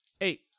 Eight